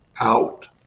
out